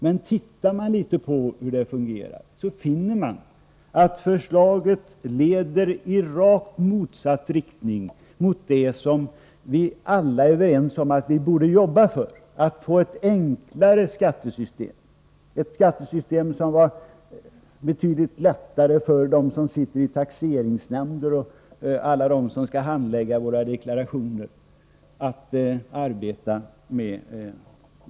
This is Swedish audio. Men tittar man litet på hur det fungerar finner man att förslaget verkar i rakt motsatt riktning mot det som vi alla är överens om att vi borde jobba för — att få ett enklare skattesystem, ett skattesystem som gjorde det betydligt lättare för dem som sitter i taxeringsnämnder och över huvud taget för alla dem som skall handlägga våra deklarationer.